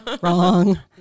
Wrong